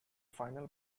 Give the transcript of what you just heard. final